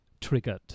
triggered